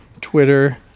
Twitter